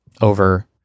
over